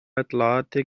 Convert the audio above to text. اطلاعاتی